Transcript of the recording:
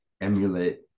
emulate